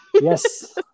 Yes